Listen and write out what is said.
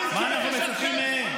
מה אנחנו מצפים מהם?